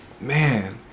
man